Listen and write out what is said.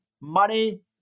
money